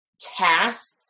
tasks